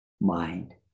mind